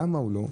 למה לא?